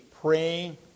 praying